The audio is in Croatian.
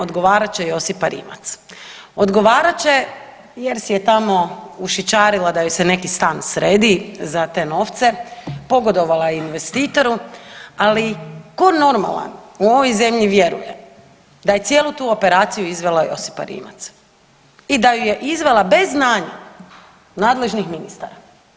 Odgovarat će Josipa Rimac, odgovarat će jer si je tamo ušićarila da joj se neki stan sredi za te novce, pogodovala je investitoru, ali tko normalan u ovoj zemlji vjeruje da je cijelu tu operaciju izvela Josipa Rimac i da ju je izvela bez znanja nadležnih ministara.